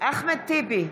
אחמד טיבי,